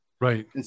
right